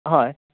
हय